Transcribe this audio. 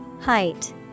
Height